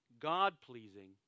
God-pleasing